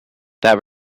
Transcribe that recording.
that